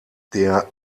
der